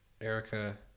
Erica